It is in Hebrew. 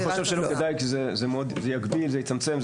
אני חושב שלא כדאי כי זה יגביל, זה יצמצם.